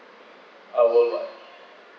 ah worldwide